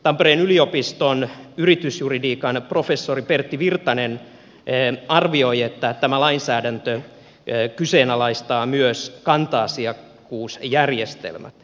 tampereen yliopiston yritysjuridiikan professori pertti virtanen arvioi että tämä lainsäädäntö kyseenalaistaa myös kanta asiakkuusjärjestelmät